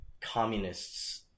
communists